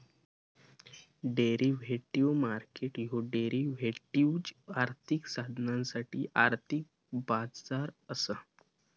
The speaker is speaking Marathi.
डेरिव्हेटिव्ह मार्केट ह्यो डेरिव्हेटिव्ह्ज, आर्थिक साधनांसाठी आर्थिक बाजार असा